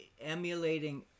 emulating